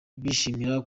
bishimira